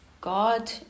God